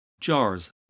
jars